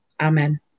Amen